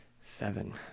seven